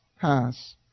pass